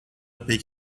pek